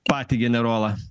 patį generolą